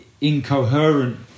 Incoherent